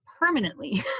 permanently